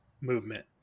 movement